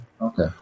Okay